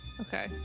Okay